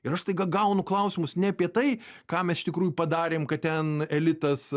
ir aš staiga gaunu klausimus ne apie tai ką mes iš tikrųjų padarėm kad ten elitas